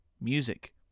music